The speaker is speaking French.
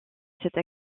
cette